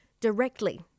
directly